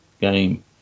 game